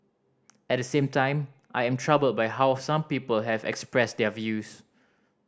at the same time I am troubled by how some people have expressed their views